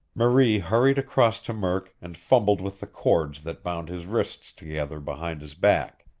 marie hurried across to murk and fumbled with the cords that bound his wrists together behind his back.